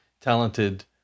talented